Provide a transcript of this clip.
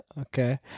okay